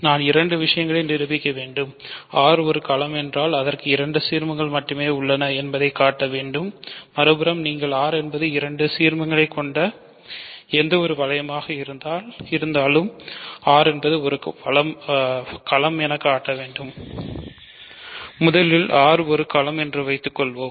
நாம் இரண்டு விஷயங்களை நிரூபிக்க வேண்டும் R ஒரு களம் என்று வைத்துக் கொள்வோம்